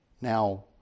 Now